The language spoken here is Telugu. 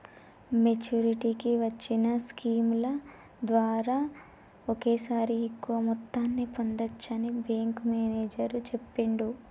మెచ్చురిటీకి వచ్చిన స్కీముల ద్వారా ఒకేసారి ఎక్కువ మొత్తాన్ని పొందచ్చని బ్యేంకు మేనేజరు చెప్పిండు